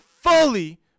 fully